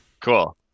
cool